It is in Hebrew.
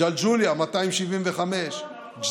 ג'לג'וליה, 275, נכון.